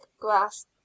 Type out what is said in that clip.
grass